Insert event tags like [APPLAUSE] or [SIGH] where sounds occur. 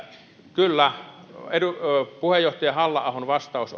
kyllä puheenjohtaja halla ahon vastaus [UNINTELLIGIBLE]